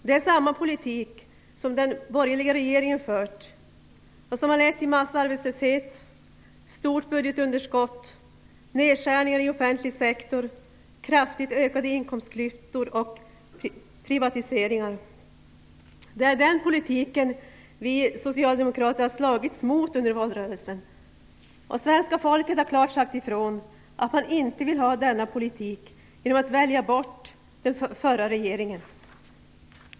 Det är samma politik som den borgerliga regeringen fört och som lett till massarbetslöshet, stort budgetunderskott, nedskärningar i offentlig sektor, kraftigt ökade inkomstklyftor och privatiseringar. Det är den politiken vi socialdemokrater slagits mot under valrörelsen. Svenska folket har klart sagt ifrån, genom att välja bort den förra regeringen, att man inte vill ha denna politik.